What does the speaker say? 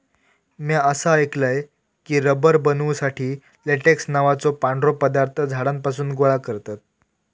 म्या असा ऐकलय की, रबर बनवुसाठी लेटेक्स नावाचो पांढरो पदार्थ झाडांपासून गोळा करतत